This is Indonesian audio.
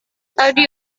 tadi